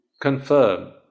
confirm